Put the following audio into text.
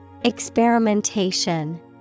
Experimentation